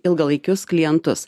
ilgalaikius klientus